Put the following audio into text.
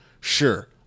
sure